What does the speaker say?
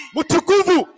Mutukuvu